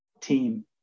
team